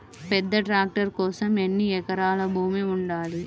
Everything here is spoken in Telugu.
పెద్ద ట్రాక్టర్ కోసం ఎన్ని ఎకరాల భూమి ఉండాలి?